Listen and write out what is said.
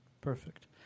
Perfect